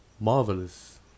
marvelous